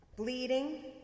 Bleeding